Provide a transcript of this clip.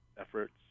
efforts